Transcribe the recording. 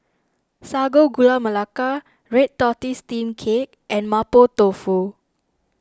Sago Gula Melaka Red Tortoise Steamed Cake and Mapo Tofu